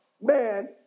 man